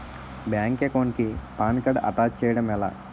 Bank account కి PAN card attach చేయడం ఎలా?